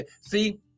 See